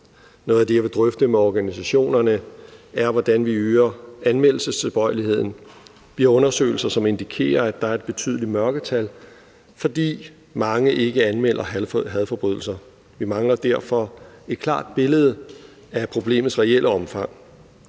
Noget af det, jeg vil drøfte med organisationerne, er, hvordan vi øger anmeldelsestilbøjeligheden. Vi har undersøgelser, som indikerer, at der er et betydeligt mørketal, fordi mange ikke anmelder hadforbrydelser. Vi mangler derfor et klart billede af problemets reelle omfang.